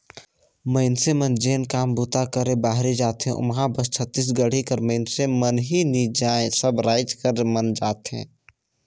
मइनसे मन जेन काम बूता करे बाहिरे जाथें ओम्हां बस छत्तीसगढ़ कर मइनसे मन ही नी जाएं सब राएज कर मन जाथें